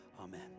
Amen